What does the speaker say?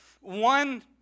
one